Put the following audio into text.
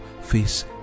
face